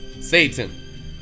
Satan